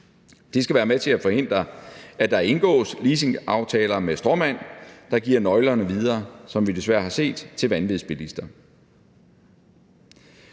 Det skal være med til at forhindre, at der indgås leasingaftaler med stråmænd, der giver nøglerne videre, som vi desværre har set, til vanvidsbilister.